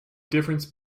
difference